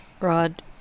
Rod